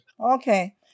okay